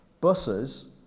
Buses